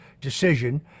decision